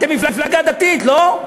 אתם מפלגה דתית, לא?